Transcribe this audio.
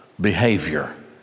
behavior